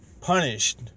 punished